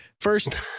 first